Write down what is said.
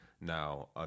now